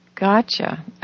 Gotcha